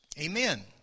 Amen